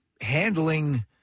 handling